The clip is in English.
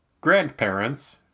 grandparents